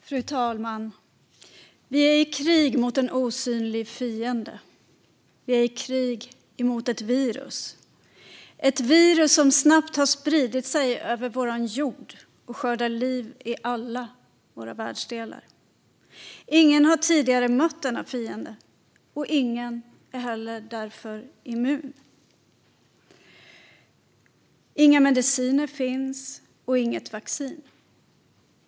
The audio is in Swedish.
Fru talman! Vi är i krig mot en osynlig fiende. Vi är i krig mot ett virus - ett virus som snabbt har spridit sig över vår jord och som skördar liv i alla våra världsdelar. Ingen har tidigare mött denna fiende, och ingen är därför heller immun. Inga mediciner finns, och det finns inte heller något vaccin.